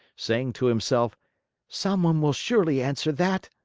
saying to himself someone will surely answer that!